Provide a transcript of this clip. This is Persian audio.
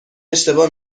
اشتباه